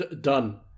Done